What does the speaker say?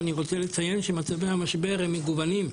ואני רוצה לציין שמצבי המשבר הם מגוונים.